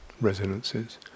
resonances